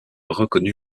reconnu